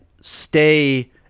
stay